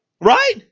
Right